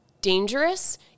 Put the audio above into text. dangerous